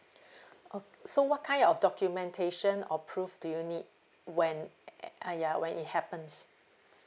okay so what kind of documentation or proof do you need when ig~ ig~ uh ya when it happens